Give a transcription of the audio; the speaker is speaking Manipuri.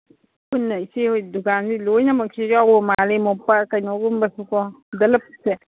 ꯄꯨꯟꯅ ꯏꯆꯦ ꯍꯣꯏ ꯗꯨꯀꯥꯟꯁꯤ ꯂꯣꯏꯅꯃꯛꯁꯨ ꯌꯥꯎꯕ ꯃꯥꯜꯂꯤ ꯃꯣꯝꯄꯥꯛ ꯀꯩꯅꯣꯒꯨꯝꯕꯁꯨꯀꯣ ꯗꯂꯞꯁꯦ